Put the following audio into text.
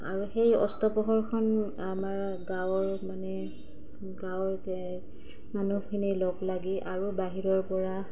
আৰু সেই অস্তপহৰখন আমাৰ গাঁৱৰ মানে গাঁৱৰ মানুহখিনি লগ লাগি আৰু বাহিৰৰপৰা